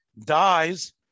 dies